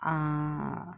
err